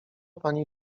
pani